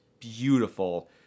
beautiful